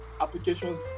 applications